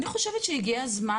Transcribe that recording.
אני חושבת שהגיע הזמן,